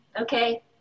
Okay